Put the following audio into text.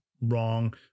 wrong